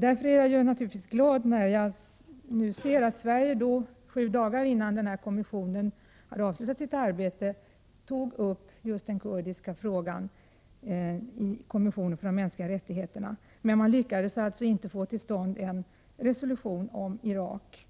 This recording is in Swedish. Därför är det naturligtvis glädjande att få höra att Sverige sju dagar innan kommissionen avslutade sitt arbete tog upp just kurdernas situation i kommissionen för de mänskliga rättigheterna. Men man lyckades inte få till stånd någon resolution om Irak.